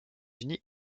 unis